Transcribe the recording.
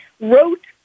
wrote